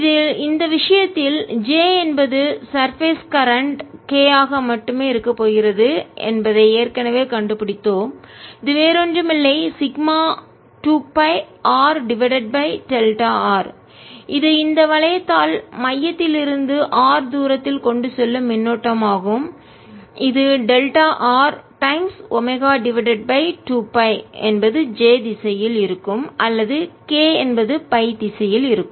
இதில் விஷயத்தில் J என்பது சர்பேஸ் கரண்ட் மேற்பரப்பு மின்னோட்டம் K ஆக மட்டுமே இருக்கப் போகிறது என்பதை ஏற்கனவே கண்டுபிடித்தோம் இது வேறு ஒன்றுமில்லை sigma 2πr divided by delta r இது இந்த வளையத்தால் மையத்தில் இருந்து r தூரத்தில் கொண்டு செல்லும் மின்னோட்டம் ஆகும் இது delta r times omega divided by 2 π என்பது J திசையில் இருக்கும் அல்லது K என்பது பை திசையில் இருக்கும்